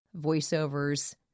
voiceovers